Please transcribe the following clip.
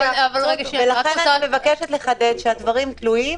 הדברים תלויים